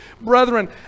Brethren